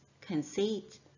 conceit